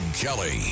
Kelly